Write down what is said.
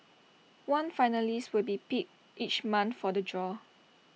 one finalist will be picked each month for the draw